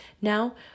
Now